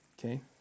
okay